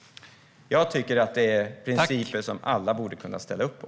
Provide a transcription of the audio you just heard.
Jag tycker att det är principer som alla borde kunna ställa upp på.